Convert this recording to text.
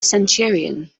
centurion